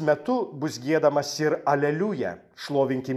metu bus giedamas ir aleliuja šlovinkim